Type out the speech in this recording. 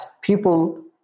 people